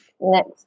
next